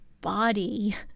body